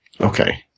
okay